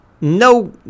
no